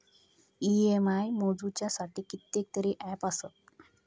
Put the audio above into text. EMI मोजुच्यासाठी कितकेतरी app आसत